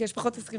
כי יש פחות עסקים